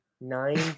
nine